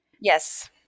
Yes